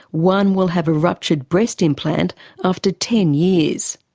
one will have a ruptured breast implant after ten years.